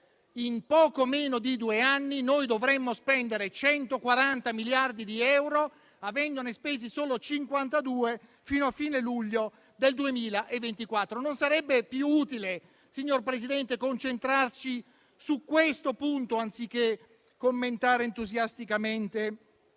in poco meno di due anni noi dovremmo spendere 140 miliardi di euro, avendone spesi solo 52 a fine luglio del 2024. Non sarebbe più utile, signor Presidente, concentrarci su questo punto, anziché commentare entusiasticamente